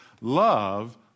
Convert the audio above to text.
Love